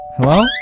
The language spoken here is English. Hello